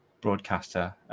broadcaster